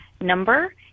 number